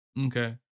okay